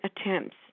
attempts